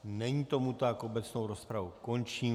Není tomu tak, obecnou rozpravu končím.